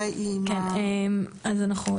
אז אנחנו,